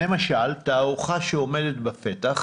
למשל תערוכה שעומדת בפתח,